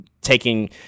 taking